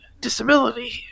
disability